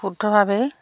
শুদ্ধভাৱেই